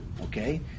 okay